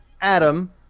Adam